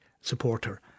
supporter